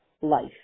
life